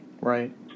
Right